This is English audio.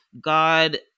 God